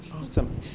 Awesome